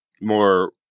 more